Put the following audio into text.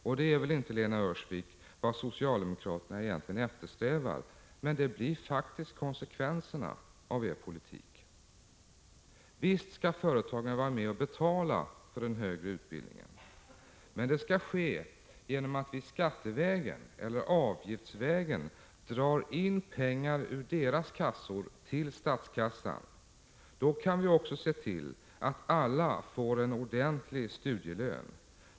Och det är väl inte, Lena Öhrsvik, vad socialdemokraterna egentligen eftersträvar. Men det blir faktiskt konsekvenserna av er politik. Visst skall företagen vara med och betala för den högre utbildningen. Men det skall ske genom att vi skattevägen eller avgiftsvägen drar in pengar ur deras kassor till statskassan. Då kan vi också se till att alla får en ordentlig studielön.